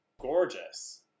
gorgeous